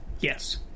Yes